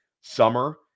summer